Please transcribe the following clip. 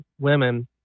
women